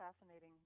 fascinating